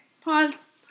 Pause